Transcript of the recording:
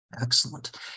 Excellent